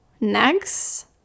next